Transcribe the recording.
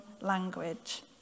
language